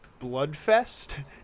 Bloodfest